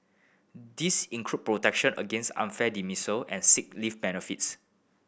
this include protection against unfair dismissal and sick leave benefits